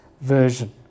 version